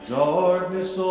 darkness